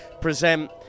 present